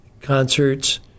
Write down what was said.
concerts